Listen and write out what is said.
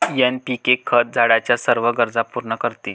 NPK खत झाडाच्या सर्व गरजा पूर्ण करते